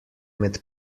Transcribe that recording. med